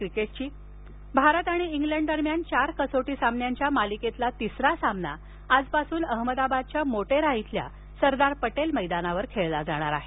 cricket Bharat England Bharat आणि England दरम्यान चार कसोटी सामन्यांच्या मालिकेतील तिसरा सामना आजपासून अहमदाबादच्या मोटेरा इथल्या सरदार पटेल मैदानावर खेळला जाणार आहे